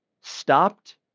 stopped